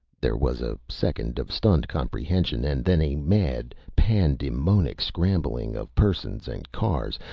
there was a second of stunned comprehension and then a mad, pan-demonic scrambling of persons and cars,